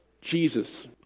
Jesus